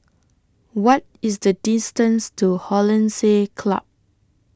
What IS The distance to Hollandse Club